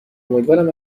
امیدوارم